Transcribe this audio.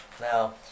Now